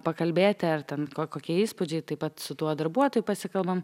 pakalbėti ar ten ko kokie įspūdžiai taip pat su tuo darbuotoju pasikalbam